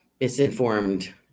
misinformed